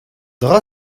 dra